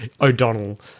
O'Donnell